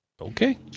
Okay